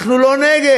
אנחנו לא נגד.